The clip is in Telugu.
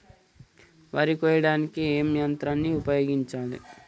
వరి కొయ్యడానికి ఏ యంత్రాన్ని ఉపయోగించాలే?